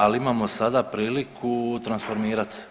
Ali imamo sada priliku transformirati.